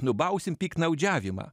nubausim piktnaudžiavimą